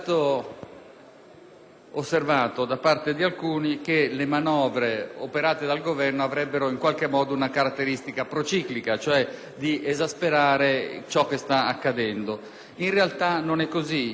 È stato osservato da parte di alcuni che le manovre operate dal Governo avrebbero in qualche modo una caratteristica prociclica, cioè volta ad esasperare ciò che sta accadendo. In realtà, non è così. Quelle